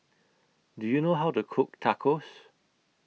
Do YOU know How to Cook Tacos